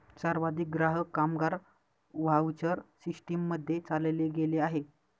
सर्वाधिक ग्राहक, कामगार व्हाउचर सिस्टीम मध्ये चालले गेले आहे